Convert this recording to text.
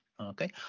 Okay